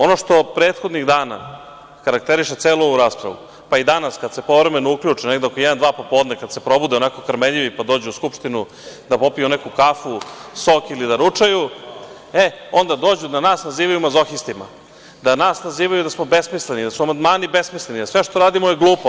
Ono što prethodnih dana karakteriše celu ovu raspravu, pa i danas kada se povremeno uključe negde oko jedan, dva popodne, kada se probude onako krmeljivi pa dođu u Skupštinu da popiju neku kafu, sok ili da ručaju, e, onda dođu da nas nazivaju mazohistima, da nas nazivaju da smo besmisleni, da su amandmani besmisleni, da sve što radimo je glupo.